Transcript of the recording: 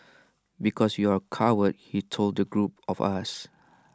because you are cowards he told the group of us